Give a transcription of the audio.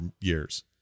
years